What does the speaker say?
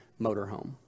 motorhome